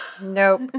Nope